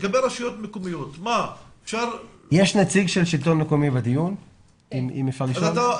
בדיון יש נציג של השלטון המקומי שאפשר לשאול אותו?